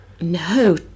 no